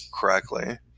correctly